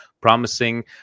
promising